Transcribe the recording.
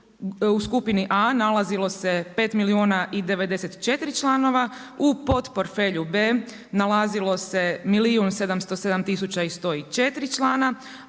u skupni A nalazilo se 5 milijuna i 94 članova, u port portfelju B nalazilo se milijun 707 tisuća 104 članu,